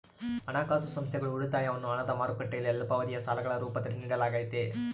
ಹಣಕಾಸು ಸಂಸ್ಥೆಗಳು ಉಳಿತಾಯವನ್ನು ಹಣದ ಮಾರುಕಟ್ಟೆಯಲ್ಲಿ ಅಲ್ಪಾವಧಿಯ ಸಾಲಗಳ ರೂಪದಲ್ಲಿ ನಿಡಲಾಗತೈತಿ